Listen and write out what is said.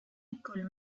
écoles